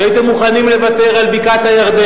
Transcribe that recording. שהייתם מוכנים לוותר על בקעת-הירדן.